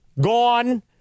Gone